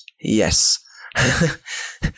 Yes